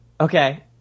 okay